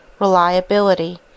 reliability